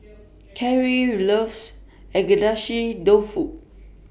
Kyrie loves Agedashi Dofu